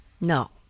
No